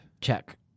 Check